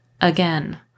Again